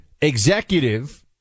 executive